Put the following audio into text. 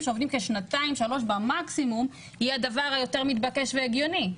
כשנתיים-שלוש במקסימום היא הדבר היותר מתבקש והגיוני.